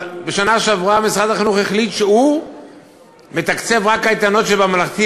בשנה שעברה משרד החינוך החליט שהוא מתקצב רק קייטנות שבממלכתי,